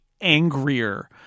angrier